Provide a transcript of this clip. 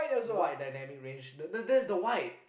white dynamic range that's that's the white